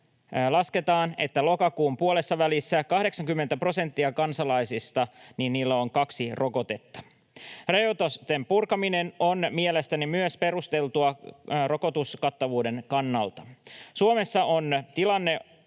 Lasketaan, että lokakuun puolessavälissä 80 prosentilla kansalaisista on kaksi rokotetta. Rajoitusten purkaminen on mielestäni perusteltua myös rokotuskattavuuden kannalta. Suomessa on nyt